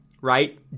right